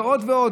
ועוד ועוד.